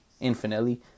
infinitely